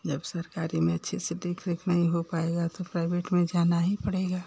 जब सरकारी में अच्छे से देख रेख नहीं हो पाएगा तो प्राइवेट में जाना ही पड़ेगा